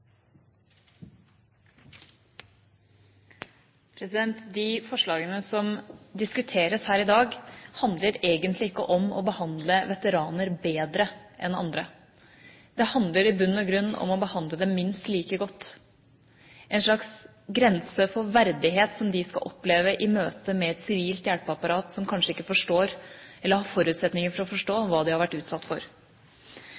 De forslagene som diskuteres her i dag, handler egentlig ikke om å behandle veteraner bedre enn andre. Det handler i bunn og grunn om å behandle dem minst like godt, en slags grense for verdighet som de skal oppleve i møte med et sivilt hjelpeapparat som kanskje ikke forstår – eller har forutsetninger for å forstå